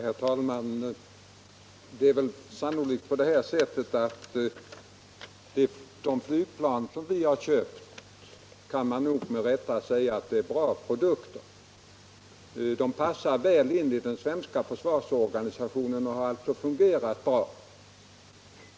bindelser med Herr talman! Man torde med rätta kunna säga att de flygplan som = utländska industri vi har köpt är bra produkter. De passar väl in i den svenska försvars = företag organisationen och har fungerat bra.